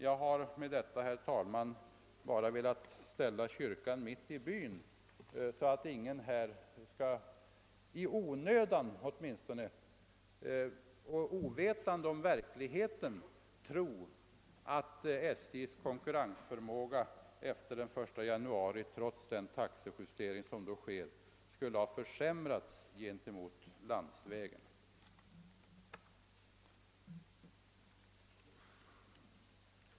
Jag har med dessa ord, herr talman, bara velat ställa kyrkan mitt i byn för att ingen, ovetande om verkligheten, skall tro att SJ:s konkurrensförmåga gentemot företagen inom landsvägstrafiken försämras den 1 januari.